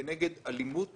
כנגד אלימות